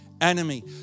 enemy